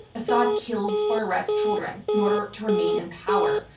assad kills or arrests children in order to remain in power.